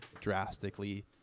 drastically